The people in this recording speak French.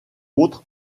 autres